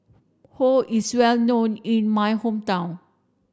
Pho is well known in my hometown